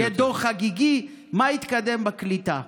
שיהיה דוח חגיגי מה התקדם בקליטה.